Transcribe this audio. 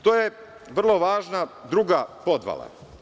To je vrlo važna druga podvala.